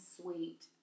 sweet